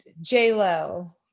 j-lo